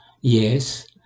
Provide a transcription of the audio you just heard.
Yes